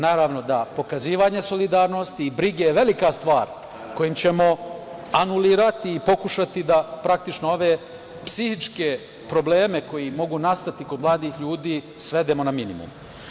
Naravno da pokazivanje solidarnosti i brige je velika stvar kojom ćemo anulirati i pokušati da praktično ove psihičke probleme koji mogu nastati kod mladih ljudi svedemo na minimum.